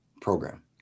program